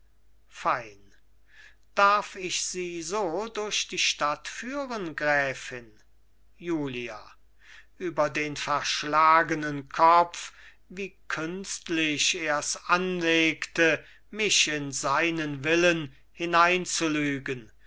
fein darf ich sie so durch die stadt führen gräfin julia über den verschlagenen kopf wie künstlich ers anlegte mich in seinen willen